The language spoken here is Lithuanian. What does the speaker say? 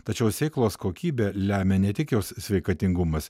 tačiau sėklos kokybę lemia ne tik jos sveikatingumas